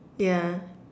yeah